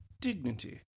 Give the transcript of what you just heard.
dignity